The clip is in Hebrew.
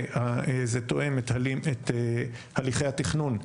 וזה תואם את הליכי התכנון,